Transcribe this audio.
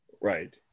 Right